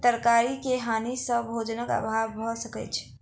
तरकारी के हानि सॅ भोजनक अभाव भअ सकै छै